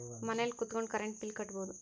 ಮನೆಲ್ ಕುತ್ಕೊಂಡ್ current bill ಕಟ್ಬೊಡು